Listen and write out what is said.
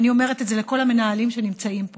ואני אומרת את זה לכל המנהלים שנמצאים פה: